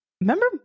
remember